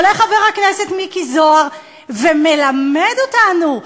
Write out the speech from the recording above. עולה חבר הכנסת מיקי זוהר ומלמד אותנו,